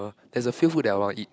uh there's a few food that I want eat